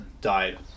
died